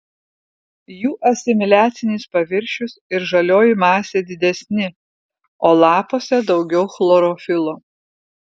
jų asimiliacinis paviršius ir žalioji masė didesni o lapuose daugiau chlorofilo